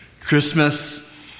Christmas